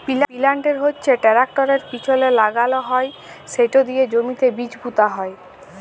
পিলান্টের হচ্যে টেরাকটরের পিছলে লাগাল হয় সেট দিয়ে জমিতে বীজ পুঁতা হয়